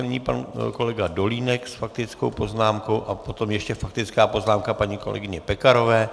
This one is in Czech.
Nyní pan kolega Dolínek s faktickou poznámkou a potom ještě faktická poznámka paní kolegyně Pekarové.